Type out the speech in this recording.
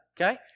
okay